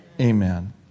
Amen